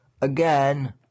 Again